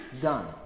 done